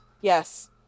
yes